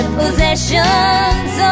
possessions